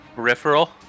Peripheral